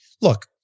look